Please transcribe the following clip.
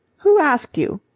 who asked you?